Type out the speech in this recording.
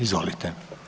Izvolite.